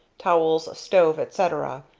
towels, stove, etc,